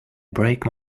break